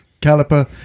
caliper